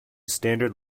standard